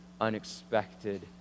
unexpected